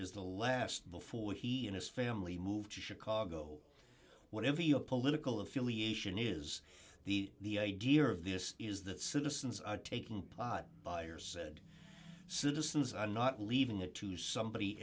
is the last before he and his family moved to chicago whatever your political affiliation is the idea of this is that citizens are taking pot buyers said citizens are not leaving it to somebody